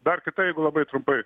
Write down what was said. dar kitai jeigu labai trumpai